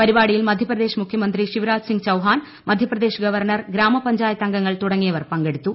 പരിപാടിയിൽ മധ്യപ്രദേശ് മുഖ്യമന്ത്രി ശിവരാജ് സിംഗ് ചൌഹാൻ മധ്യപ്രദേശ് ഗവർണർ ഗ്രാമപഞ്ചായത് അംഗങ്ങൾ തുടങ്ങിയവർ പങ്കെടുത്തു